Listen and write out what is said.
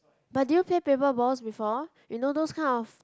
but do you play paper balls before you know those kind of